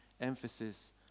emphasis